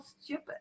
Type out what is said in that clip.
stupid